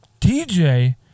TJ